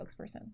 spokesperson